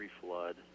flood